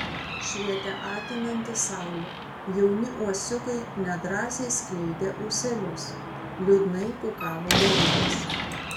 švietė akinanti saulė jauni uosiukai nedrąsiai skleidė ūselius liūdnai kukavo gegutės